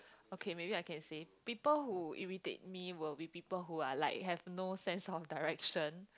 okay maybe I can say people who irritate me will be people who are like have no sense of direction